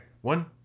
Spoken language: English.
One